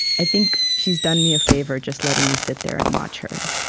i think she's done me a favor, just letting me sit there and watch her.